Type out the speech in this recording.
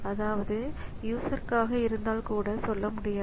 அதாவது யூசர்க்காக இருந்தால் கூட சொல்ல முடியாது